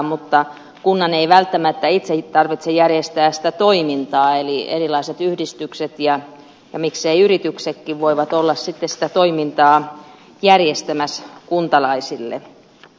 mutta kunnan ei välttämättä itse tarvitse järjestää sitä toimintaa eli erilaiset yhdistykset ja mikseivät yrityksetkin voivat olla sitä toimintaa järjestämässä kuntalaisille